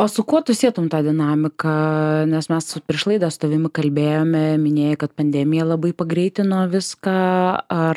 o su kuo tu sietum tą dinamiką nes mes prieš laidą su tavimi kalbėjome minėjai kad pandemija labai pagreitino viską ar